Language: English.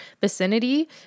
vicinity